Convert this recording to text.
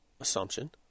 assumption